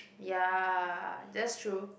ya that's true